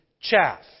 chaff